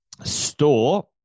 store